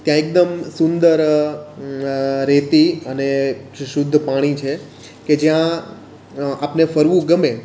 ત્યાં એકદમ સુંદર રેતી અને શુદ્ધ પાણી છે કે જ્યાં આપણને ફરવું ગમે